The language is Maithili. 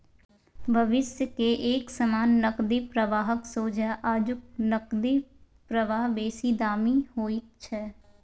भविष्य के एक समान नकदी प्रवाहक सोंझा आजुक नकदी प्रवाह बेसी दामी होइत छै